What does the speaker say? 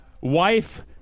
Wife